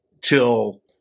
till